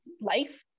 life